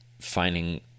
finding